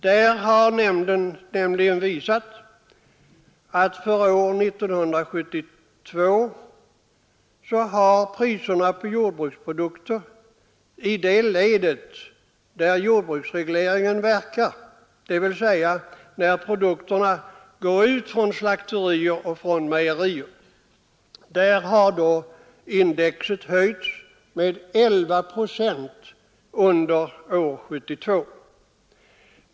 Där har nämnden nämligen visat att priserna för jordbruksprodukter under år 1972 höjts med 11 procent i det led där Nr 128 jordbruksregleringen verkar, dvs. när produkterna går ut från slakterier Onsdagen den och mejerier.